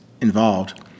involved